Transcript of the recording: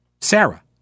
Sarah